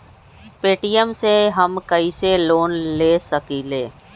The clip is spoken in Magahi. पे.टी.एम से हम कईसे लोन ले सकीले?